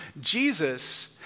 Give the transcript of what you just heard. Jesus